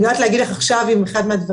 אני לא יודעת להגיד לך עכשיו אם אחד הדברים